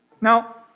Now